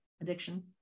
addiction